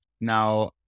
Now